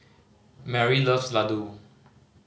Mary loves Ladoo